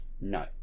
no